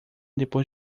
depois